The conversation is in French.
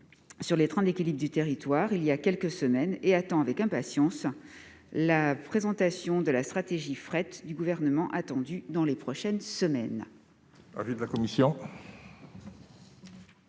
de trains d'équilibre du territoire, présenté il y a quelques semaines, et attend avec impatience la présentation de la stratégie fret du Gouvernement, qui doit avoir lieu dans les prochaines semaines.